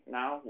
now